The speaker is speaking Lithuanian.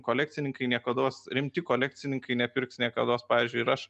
kolekcininkai niekados rimti kolekcininkai nepirks niekados pavyzdžiui ir aš